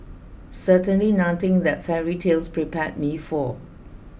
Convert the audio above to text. certainly nothing that fairy tales prepared me for